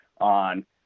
on